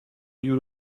you